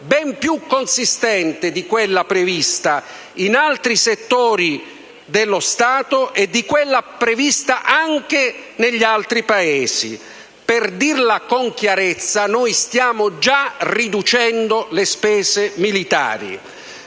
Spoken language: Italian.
ben più consistenti di quelle previste in altri settori dello Stato e di quelle previste anche negli altri Paesi. Per dirla con chiarezza, stiamo già riducendo le spese militari.